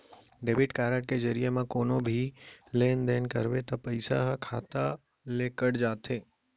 debit card के जरिये म कोनो भी लेन देन करबे त पइसा ह खाता ले कट जाथे